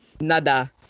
Nada